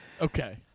Okay